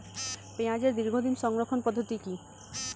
পেঁয়াজের দীর্ঘদিন সংরক্ষণ পদ্ধতি কি?